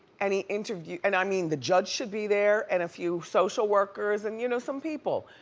and he interviews, and i mean the judge should be there and a few social workers and you know some people.